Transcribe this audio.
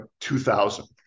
2000